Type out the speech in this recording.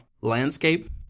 landscape